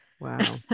Wow